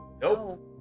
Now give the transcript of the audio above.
Nope